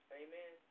amen